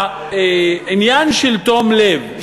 העניין של תום לב,